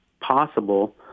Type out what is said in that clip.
possible